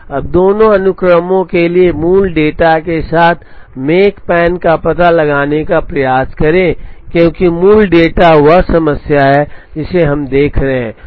अब दोनों अनुक्रमों के लिए मूल डेटा के साथ मेकपैन का पता लगाने का प्रयास करें क्योंकि मूल डेटा वह समस्या है जिसे हम देख रहे हैं